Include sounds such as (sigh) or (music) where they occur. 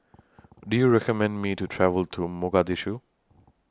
(noise) Do YOU recommend Me to travel to Mogadishu